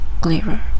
clearer